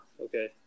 okay